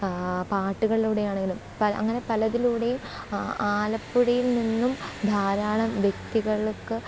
പാട്ടുകളിലൂടെയാണെങ്കിലും അങ്ങനെ പലതിലൂടെയും ആലപ്പുഴയിൽ നിന്നും ധാരാളം വ്യക്തികൾക്ക്